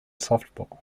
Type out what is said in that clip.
softball